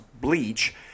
bleach